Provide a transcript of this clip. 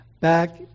back